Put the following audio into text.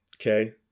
okay